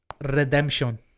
Redemption